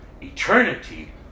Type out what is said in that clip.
Eternity